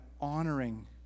honoring